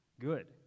good